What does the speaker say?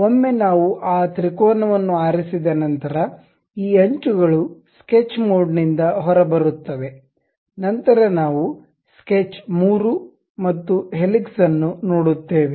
ಒಮ್ಮೆ ನಾವು ಆ ತ್ರಿಕೋನವನ್ನು ಆರಿಸಿದ ನಂತರ ಈ ಅಂಚುಗಳು ಸ್ಕೆಚ್ ಮೋಡ್ನಿಂದ ಹೊರಬರುತ್ತವೆ ನಂತರ ನಾವು ಸ್ಕೆಚ್ 3 ಮತ್ತು ಹೆಲಿಕ್ಸ್ ಅನ್ನು ನೋಡುತ್ತೇವೆ